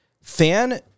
Fan